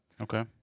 okay